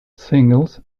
singles